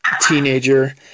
Teenager